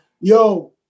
yo